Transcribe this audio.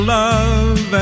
love